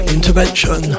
Intervention